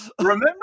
Remember